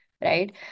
right